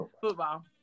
Football